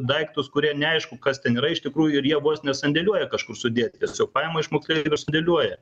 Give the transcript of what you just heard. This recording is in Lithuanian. daiktus kurie neaišku kas ten yra iš tikrųjų ir jie vos ne sandėliuoja kažkur sudėti tiesiog paima iš moksleivių sandėliuoja